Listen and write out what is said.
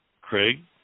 Craig